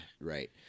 Right